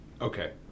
Okay